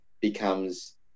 becomes